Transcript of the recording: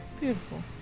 Beautiful